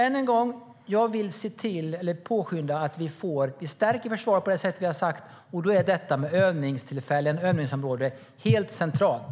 Än en gång: Jag vill se till eller påskynda att vi stärker försvaret på det sätt vi har sagt. Då är övningstillfällen och övningsområden helt centralt.